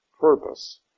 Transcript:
purpose